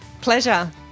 Pleasure